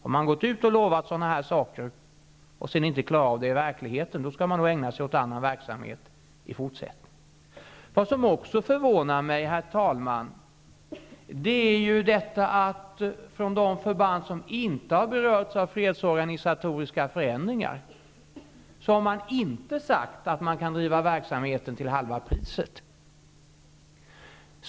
Har man gått ut och lovat sådant och sedan inte klarar av det i verkligheten, skall man nog ägna sig åt annan verksamhet i fortsättningen. Herr talman! Vad som också förvånar mig är att det från de förband som inte har berörts av fredsorganisatoriska förändringar inte har sagts att de kan driva verksamheten till halva priset.